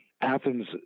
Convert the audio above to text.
Athens